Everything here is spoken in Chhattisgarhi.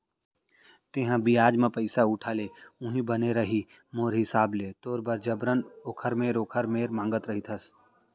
तेंहा बियाज म पइसा उठा ले उहीं बने रइही मोर हिसाब ले तोर बर जबरन ओखर मेर ओखर मेर मांगत रहिथस